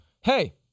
hey